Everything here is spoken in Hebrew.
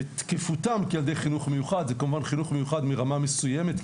בתקיפותם כילדי חינוך מיוחד - כמובן שמדובר בחינוך מיוחד מרמה מסוימת,